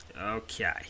Okay